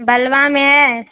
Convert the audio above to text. بلوہ میں ہے